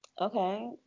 Okay